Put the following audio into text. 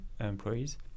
employees